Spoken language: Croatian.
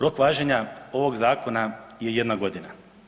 Rok važenja ovoga Zakona je jedna godina.